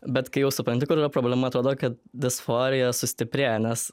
bet kai jau supranti kur yra problema atrodo kad disforija susitiprėja nes